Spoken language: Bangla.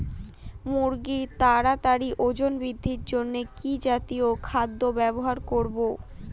মুরগীর তাড়াতাড়ি ওজন বৃদ্ধির জন্য কি জাতীয় খাদ্য ব্যবহার করব?